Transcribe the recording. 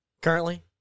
Currently